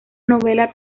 novela